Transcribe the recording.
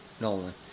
Nolan